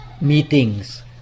meetings